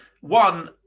one